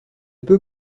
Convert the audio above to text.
peut